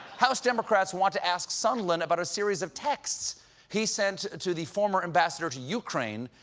house democrats want to ask sondland about a series of texts he sent to the former ambassador to ukraine,